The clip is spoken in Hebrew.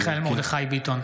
(קורא בשם חבר הכנסת) מיכאל מרדכי ביטון,